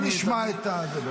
בואו נשמע, זה מעניין.